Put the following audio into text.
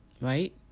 right